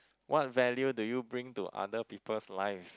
what value do you bring to other people's lives